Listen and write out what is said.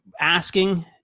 Asking